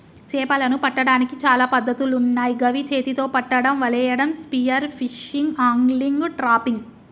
చేపలను పట్టడానికి చాలా పద్ధతులున్నాయ్ గవి చేతితొ పట్టడం, వలేయడం, స్పియర్ ఫిషింగ్, ఆంగ్లిగ్, ట్రాపింగ్